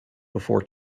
before